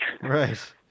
Right